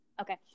okay